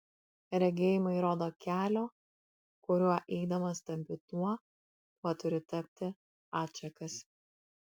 regėjimai rodo kelio kuriuo eidamas tampi tuo kuo turi tapti atšakas